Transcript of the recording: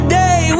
day